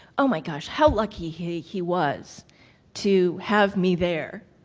oh, my gosh. how lucky he he was to have me there.